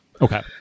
Okay